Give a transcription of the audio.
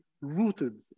rooted